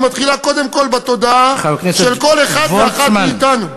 היא מתחילה קודם כול בתודעה של כל אחד ואחד מאתנו.